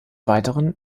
weiteren